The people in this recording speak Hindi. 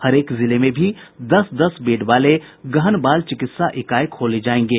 हरेक जिले में भी दस दस बेड वाले गहन बाल चिकित्सा इकाई खोले जायेंगे